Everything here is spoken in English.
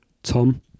Tom